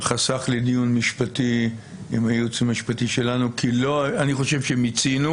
חסך לי דיון משפטי עם הייעוץ המשפטי שלנו כי אני חושב שמיצינו